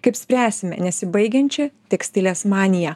kaip spręsime nesibaigiančią tekstilės maniją